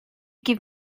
give